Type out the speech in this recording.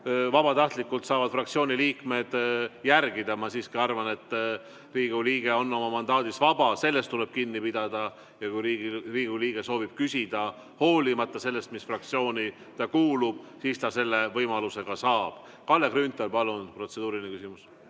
vabatahtlikult saavad fraktsiooni liikmed järgida. Ma siiski arvan, et Riigikogu liige on oma mandaadis vaba, sellest tuleb kinni pidada, ja kui Riigikogu liige soovib küsida, hoolimata sellest, mis fraktsiooni ta kuulub, siis ta selle võimaluse ka saab. Kalle Grünthal, palun, protseduuriline küsimus!